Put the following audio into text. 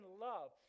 love